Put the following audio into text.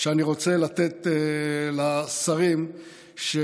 שאני רוצה לתת לשרים שיתמנו,